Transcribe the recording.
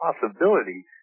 possibility